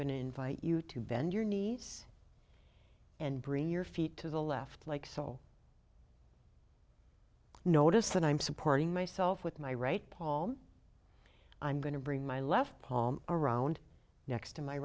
going to invite you to bend your knees and bring your feet to the left like so notice that i'm supporting myself with my right paul i'm going to bring my left palm around next to my